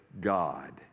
God